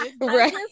Right